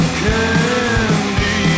candy